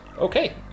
Okay